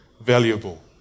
valuable